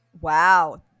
Wow